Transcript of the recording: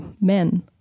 men